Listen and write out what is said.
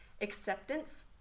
acceptance